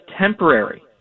temporary